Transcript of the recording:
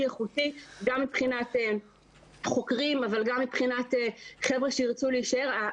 איכותי גם מבחינת חוקרים אבל גם מבחינת אנשים שירצו להישאר,